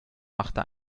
machte